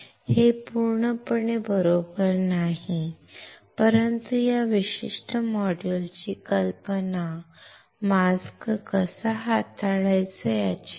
हे पूर्णपणे बरोबर नाही परंतु या विशिष्ट मॉड्यूलची कल्पना मास्क कसा हाताळायचा याची नाही